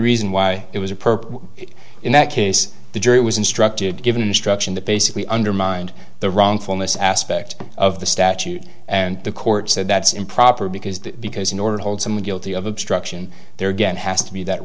reason why it was a purpose is in that case the jury was instructed given instruction that basically undermined the wrongfulness aspect of the statute and the court said that's improper because the because in order to hold someone guilty of obstruction there again has to be that